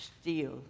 steel